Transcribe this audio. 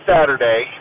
Saturday